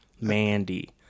Mandy